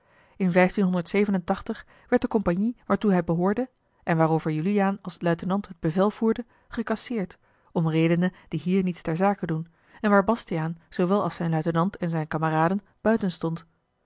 n werd de compagnie waartoe hij behoorde en waarover juliaan als luitenant het bevel voerde gecasseerd om redenen die hier niets ter zake doen en waar bastiaan zoowel als zijn luitenant en zijne kameraden buiten stond